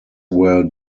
were